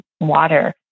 water